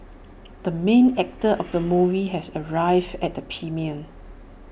the main actor of the movie has arrived at the premiere